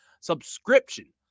subscription